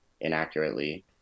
inaccurately